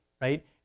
right